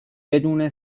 بدون